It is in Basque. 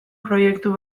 proiektu